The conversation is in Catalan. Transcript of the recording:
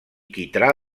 quitrà